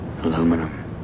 Aluminum